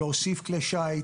להוסיף כלי שיט,